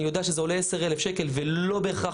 אני יודע שזה עולה 10,000 שקל ולא בהכרח